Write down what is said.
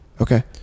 okay